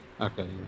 Okay